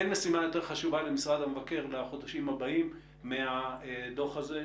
אין משימה יותר חשובה למשרד המבקר בחודשים הבאים מהדוח הזה.